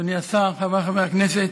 אדוני השר, חבריי חברי הכנסת,